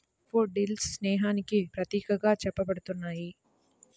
daffodils స్నేహానికి ప్రతీకగా చెప్పబడుతున్నాయి